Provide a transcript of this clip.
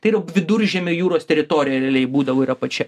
tai yra viduržemio jūros teritorija realiai būdavo ir apačia